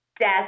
death